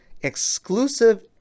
exclusive